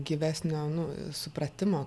gyvesnio nu supratimo